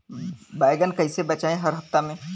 बैगन कईसे बेचाई हर हफ्ता में?